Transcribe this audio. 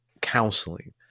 counseling